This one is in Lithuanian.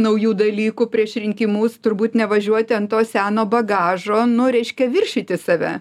naujų dalykų prieš rinkimus turbūt nevažiuoti ant to seno bagažo nu reiškia viršyti save